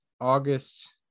August